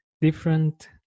different